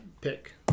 pick